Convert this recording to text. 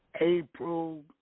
April